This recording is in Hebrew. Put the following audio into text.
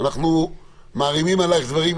אנחנו מערימים עלייך דברים,